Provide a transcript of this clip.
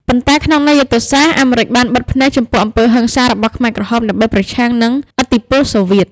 ប៉ុន្តែក្នុងន័យយុទ្ធសាស្ត្រ អាមេរិកបានបិទភ្នែកចំពោះអំពើហិង្សារបស់ខ្មែរក្រហមដើម្បីប្រឆាំងនឹងឥទ្ធិពលសូវៀត។